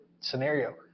scenario